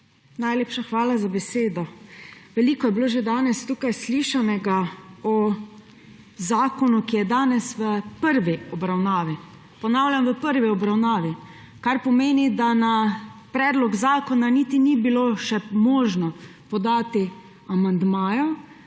Najlepša hvala za besedo. Veliko je bilo že danes tukaj slišanega o zakonu, ki je danes v prvi obravnavi. Ponavljam, v prvi obravnavi, kar pomeni, da na predlog zakona niti ni bilo še možno podati amandmajev.